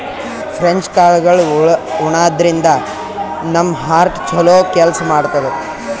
French ಕಾಳ್ಗಳ್ ಉಣಾದ್ರಿನ್ದ ನಮ್ ಹಾರ್ಟ್ ಛಲೋ ಕೆಲ್ಸ್ ಮಾಡ್ತದ್